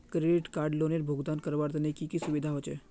Credit card लोनेर भुगतान करवार तने की की सुविधा होचे??